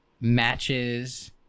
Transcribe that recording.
matches